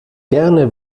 gerne